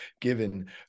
given